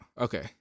okay